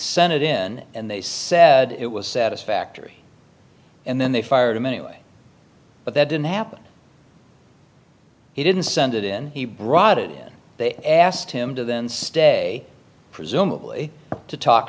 sent it in and they said it was satisfactory and then they fired him anyway but that didn't happen he didn't send it in he brought it they asked him to then stay presumably to talk